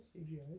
CGI